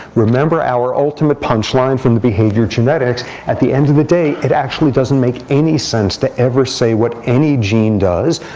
remember our ultimate punchline from the behavior of genetics at the end of the day, it actually doesn't make any sense to ever say what any gene does,